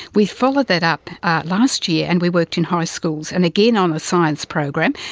we followed that up last year and we worked in high schools and again on a science program,